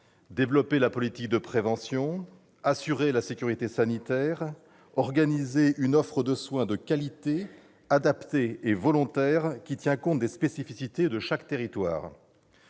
développer la politique de prévention, assurer la sécurité sanitaire, organiser une offre de soins de qualité adaptée et volontaire, qui tienne compte des spécificités de chaque territoire.